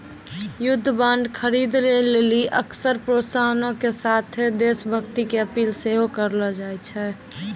युद्ध बांड खरीदे लेली अक्सर प्रोत्साहनो के साथे देश भक्ति के अपील सेहो करलो जाय छै